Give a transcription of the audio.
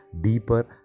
deeper